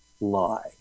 lie